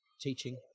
teaching